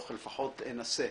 לפחות אנסה,